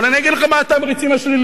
אבל אני אגיד לך מה התמריצים השליליים,